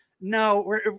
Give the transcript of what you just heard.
No